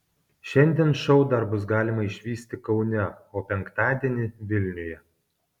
šiandien šou dar bus galima išvysti kaune o penktadienį vilniuje